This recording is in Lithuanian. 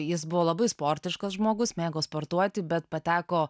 jis buvo labai sportiškas žmogus mėgo sportuoti bet pateko